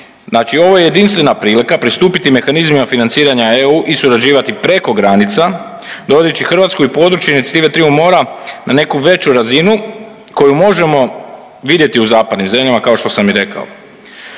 Znači ovo je jedinstvena prilika pristupiti mehanizmima financiranja EU i surađivati preko granica dovodeći Hrvatsku i područje Inicijative triju mora na neku veću razinu koju možemo vidjeti u zapadnim zemljama kao što sam i rekao.